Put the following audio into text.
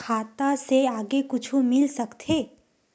खाता से आगे कुछु मिल सकथे?